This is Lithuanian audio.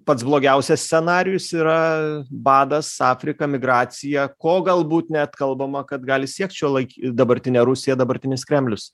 pats blogiausias scenarijus yra badas afrika migracija ko galbūt net kalbama kad gali siekt šiuolaikin dabartinė rusija dabartinis kremlius